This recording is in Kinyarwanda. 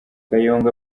kayonga